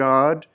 God